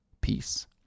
peace